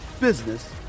business